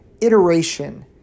iteration